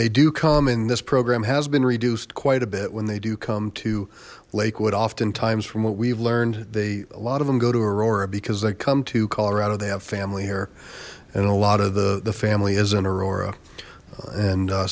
they do come in this program has been reduced quite a bit when they do come to lakewood oftentimes from what we've learned they a lot of them go to aurora because they come to colorado they have family here and a lot of the the family is